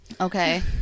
Okay